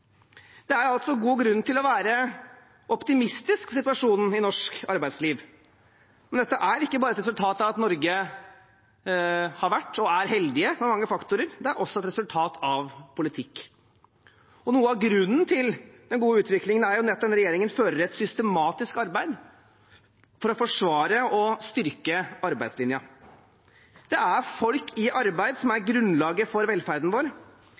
Det er altså god grunn til å være optimistisk over situasjonen i norsk arbeidsliv. Men dette er ikke bare et resultat av at Norge har vært, og er, heldige med mange faktorer, det er også et resultat av politikk. Noe av grunnen til den gode utviklingen er at denne regjeringen fører et systematisk arbeid for å forsvare og styrke arbeidslinjen. Det er folk i arbeid som er grunnlaget for velferden vår.